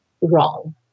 wrong